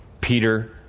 Peter